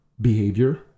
behavior